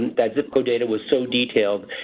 that zip code data was so detailed.